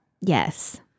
Yes